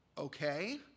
okay